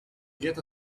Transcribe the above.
get